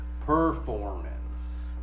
Performance